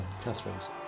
Catherine's